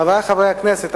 חברי חברי הכנסת,